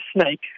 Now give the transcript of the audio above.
snake